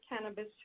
cannabis